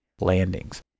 Landings